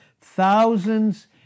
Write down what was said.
Thousands